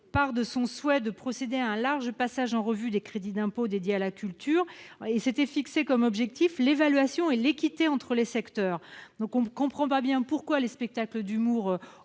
part de son souhait de procéder à un large passage en revue des crédits d'impôt dédiés à la culture et s'était fixé comme objectif l'évaluation et l'équité entre les secteurs. On ne comprend donc pas bien pourquoi les spectacles d'humour